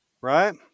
Right